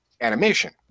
animation